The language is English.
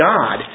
God